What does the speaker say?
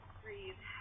breathe